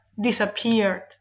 disappeared